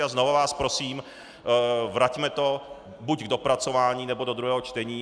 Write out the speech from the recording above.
A znova vás prosím, vraťme to buď k dopracování, nebo do druhého čtení.